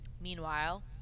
Meanwhile